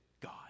God